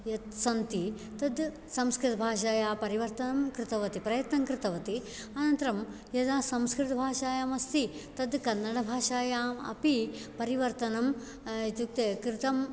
यत् सन्ति तत् संस्कृतभाषया परिवर्तनं कृतवती प्रयत्नं कृतवती अनन्तरं यदा संस्कृतभाषायाम् अस्ति तत् कन्नडभाषायाम् अपि परिवर्तनम् इत्युक्ते कृतं